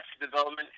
development